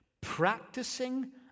Practicing